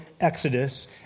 Exodus